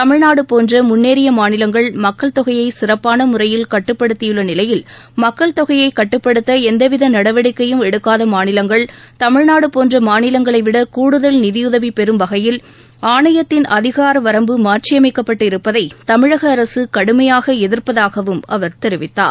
தமிழ்நாடு போன்ற முன்னேறிய மாநிலங்கள் மக்கள் தொகையை சிறப்பான முறையில் கட்டுப்படுத்தியுள்ள நிலையில் மக்கள் தொகையை கட்டுப்படுத்த எந்தவித நடவடிக்கையும் எடுக்காத மாநிலங்கள் தமிழ்நாடு போன்ற மாநிலங்களைவிட கூடுதல் நிதியுதவி பெறும் வகையில் ஆணையத்தின் அதிகார வரம்பு மாற்றியமைக்கப்பட்டு இருப்பதை தமிழக அரசு கடுமையாக எதிர்ப்பதாகவும் அவர் தெரிவித்தார்